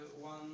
one